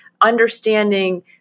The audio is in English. understanding